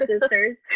sisters